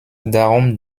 darum